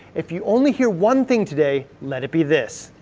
if you only hear one thing today, let it be this.